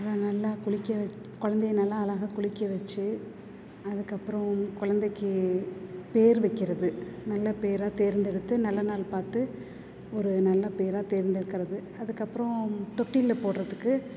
அதை நல்லா குளிக்க வைக் குழந்தைய நல்லா அழகா குளிக்க வச்சி அதுக்கப்புறம் குழந்தைக்கி பெயரு வைக்கிறது நல்ல பெயரா தேர்ந்தெடுத்து நல்ல நாள் பார்த்து ஒரு நல்ல பெயரா தேர்ந்தெடுக்கிறது அதுக்கப்புறம் தொட்டிலில் போடுறதுக்கு